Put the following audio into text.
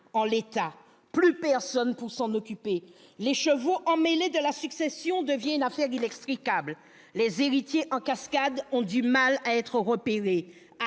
en l'état. Plus personne pour s'en occuper. L'écheveau emmêlé de la succession devient une affaire inextricable. Les héritiers en cascade ont du mal à être repérés,